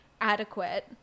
adequate